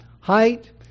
Height